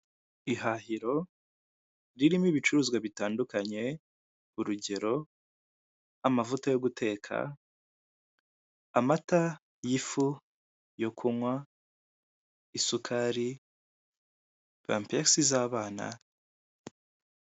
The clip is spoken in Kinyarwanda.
Ihahiro ririmo ibicuruzwa bitandukanye urugero amavuta yo guteka, amata y'ifu yo kunywa, isukari, pampegisi z'abana.